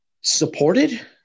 supported